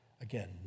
again